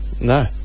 no